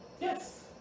Yes